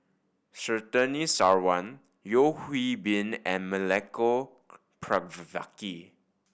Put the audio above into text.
Surtini Sarwan Yeo Hwee Bin and Milenko Prvacki